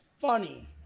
funny